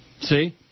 See